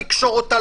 לקשור אותה,